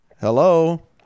Hello